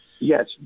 Yes